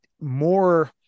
more